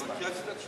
תשובה.